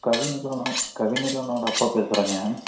கவிநிலானா கவிநிலனோட அப்பா பேசுகிறேங்க